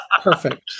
perfect